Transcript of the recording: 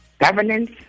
governance